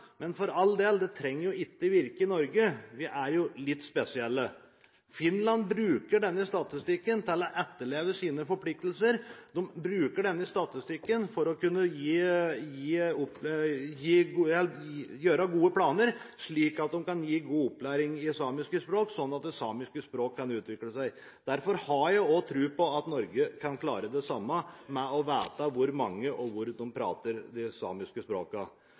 men for all del: Det trenger jo ikke virke i Norge, vi er jo litt spesielle. Finland bruker denne statistikken til å etterleve sine forpliktelser. De bruker denne statistikken for å kunne lage gode planer, slik at de kan gi god opplæring i samiske språk så samiske språk kan utvikle seg. Derfor har jeg tro på at også Norge kan klare det samme, ved å vite hvor mange som snakker – og hvor de snakker – de samiske